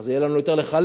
אז יהיה לנו יותר לחלק,